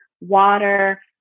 water